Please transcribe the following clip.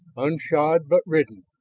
unshod but ridden.